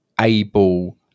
Able